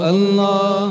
Allah